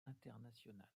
international